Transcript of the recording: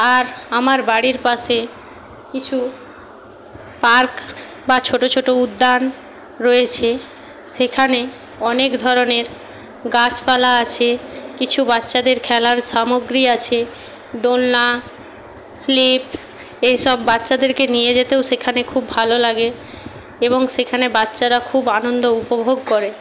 আর আমার বাড়ির পাশে কিছু পার্ক বা ছোট ছোট উদ্যান রয়েছে সেখানে অনেক ধরনের গাছপালা আছে কিছু বাচ্চাদের খেলার সামগ্রী আছে দোলনা স্লিপ এইসব বাচ্চাদেরকে নিয়ে যেতেও সেখানে খুব ভালো লাগে এবং সেখানে বাচ্চারা খুব আনন্দ উপভোগ করে